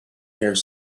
here